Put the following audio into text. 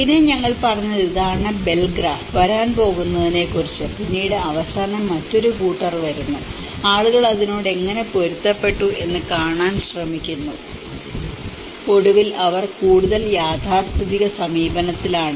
പിന്നെ ഞങ്ങൾ പറഞ്ഞത് ഇതാണ് ബെൽ ഗ്രാഫ് വരാൻ പോകുന്നതിനെ കുറിച്ച് പിന്നെ അവസാനം മറ്റൊരു കൂട്ടർ വരുന്നു ആളുകൾ അതിനോട് എങ്ങനെ പൊരുത്തപ്പെട്ടു എന്ന് കാണാൻ ശ്രമിക്കുന്നു ഒടുവിൽ അവർ കൂടുതൽ യാഥാസ്ഥിതിക സമീപനത്തിലാണ്